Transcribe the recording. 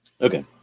Okay